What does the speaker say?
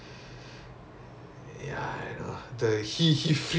ah just don't overstrain lah dey ah